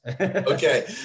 Okay